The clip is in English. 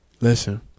Listen